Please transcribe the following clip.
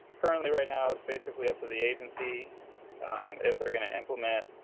currently right now it's basically up to the agency if they're going to implement